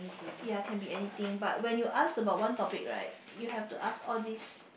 ya can be anything but when you ask about one topic right you have to ask all these